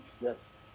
Yes